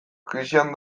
krisian